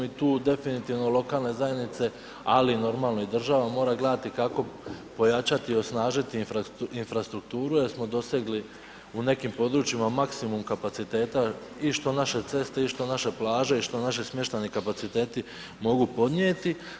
I tu definitivno lokalne zajednice ali normalno i država moraju gledati kako pojačati i osnažiti infrastrukturu jer smo dosegli u nekim područjima maksimum kapaciteta i što naše ceste i što naše plaže i što naši smještajni kapaciteti mogu podnijeti.